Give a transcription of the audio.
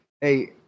Hey